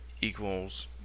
equals